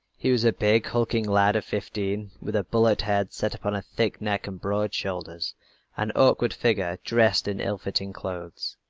he was a big, hulking lad of fifteen, with a bullet head set upon a thick neck and broad shoulders an awkward figure dressed in ill-fitting clothes.